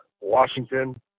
Washington